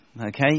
okay